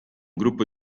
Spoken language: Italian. gruppo